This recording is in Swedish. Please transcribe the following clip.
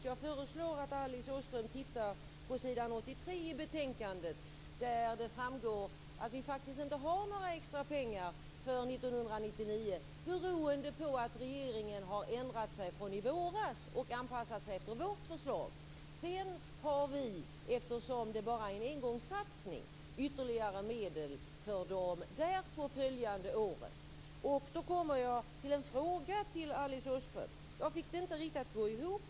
Jag föreslår att Alice Åström tittar på s. 83 i betänkandet där det framgår att vi faktiskt inte har några extra pengar för 1999 beroende på att regeringen har ändrat sig från i våras och anpassat sig efter vårt förslag. Eftersom det bara är en engångssatsning har vi sedan ytterligare medel för de därpå följande åren. Då kommer jag till en fråga till Alice Åström. Jag fick det inte riktigt att gå ihop.